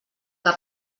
que